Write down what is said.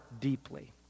deeply